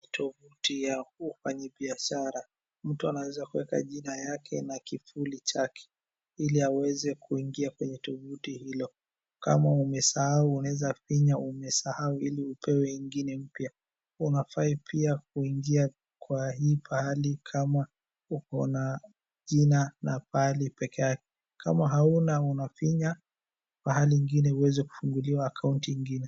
Tovuti ya ufanyi biashara. Mtu anaweza kuweka jina yake na kifuli chake, ili aweze kuingia kwenye tuvuti hilo, kama umesahau unaweza finya umesahau ili upewe ingine mpya, unafaa pia kuingia kwa hii pahali kama uko na jina na pahali peke yake, kama hauna, kama hauna, unafinya pahali ingine uweze kufunguliwa akaunti ingine.